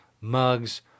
mugs